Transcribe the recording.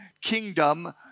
kingdom